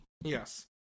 Yes